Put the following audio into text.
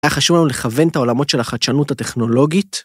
‫היה חשוב לנו לכוון את העולמות ‫של החדשנות הטכנולוגית?